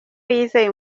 yizeye